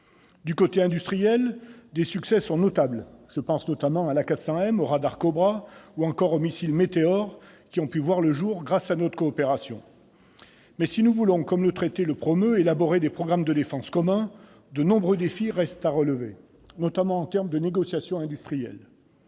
Du côté industriel, des succès sont notables ; je pense notamment à l'A400M, au radar COBRA ou encore au missile Meteor, qui ont pu voir le jour grâce à notre coopération. Mais si nous voulons, comme ce traité le promeut, élaborer des programmes de défense communs, de nombreux défis restent à relever, notamment en termes de négociations industrielles.